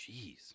Jeez